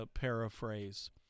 paraphrase